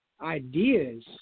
ideas